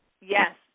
yes